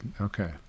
okay